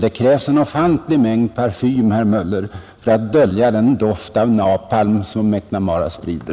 Det krävs en ofantlig mängd parfym, herr Möller i Gävle, för att dölja den doft av napalm som McNamara sprider.